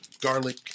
garlic